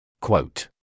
Quote